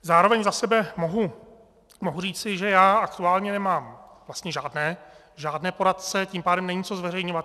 Zároveň za sebe mohu říci, že já aktuálně nemám vlastně žádné poradce, tím pádem není co zveřejňovat.